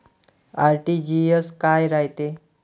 RTGS काय रायते?